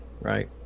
Right